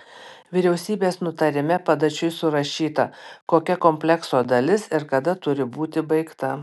vyriausybės nutarime padačiui surašyta kokia komplekso dalis ir kada turi būti baigta